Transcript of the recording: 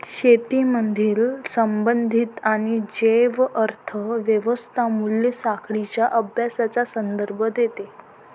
शेतीमधील संबंधित आणि जैव अर्थ व्यवस्था मूल्य साखळींच्या अभ्यासाचा संदर्भ देते